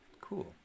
Cool